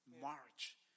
March